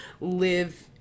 live